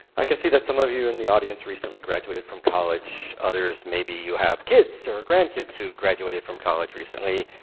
i can see that some of you in the audience recently graduated from college. others, maybe you have kids or grandkids who graduated from college recently.